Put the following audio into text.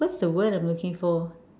what's the word I'm looking for